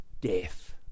death